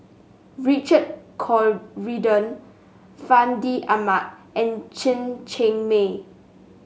Richard Corridon Fandi Ahmad and Chen Cheng Mei